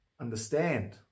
understand